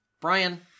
Brian